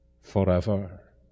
forever